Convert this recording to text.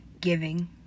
giving